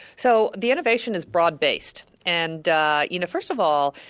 so the innovation is broad-based. and you know first of all,